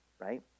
right